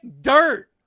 Dirt